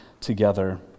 together